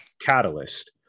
Catalyst